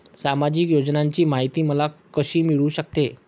सामाजिक योजनांची माहिती मला कशी मिळू शकते?